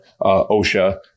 OSHA